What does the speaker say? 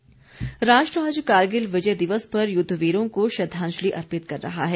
विजय दिवस राष्ट्र आज कारगिल विजय दिवस पर युद्ध वीरों को श्रद्धांजलि अर्पित कर रहा है